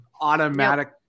automatic